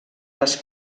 les